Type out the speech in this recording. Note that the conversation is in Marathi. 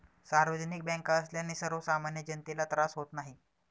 सार्वजनिक बँका असल्याने सर्वसामान्य जनतेला त्रास होत नाही